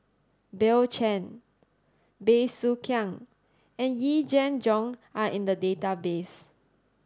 Bill Chen Bey Soo Khiang and Yee Jenn Jong are in the database